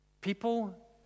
People